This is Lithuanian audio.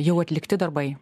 jau atlikti darbai